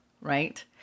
right